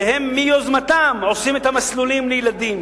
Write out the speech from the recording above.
שהם מיוזמתם עושים את המסלולים לילדים,